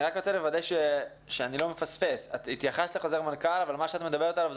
אני רוצה להביע הסתייגות מהאמירה האישית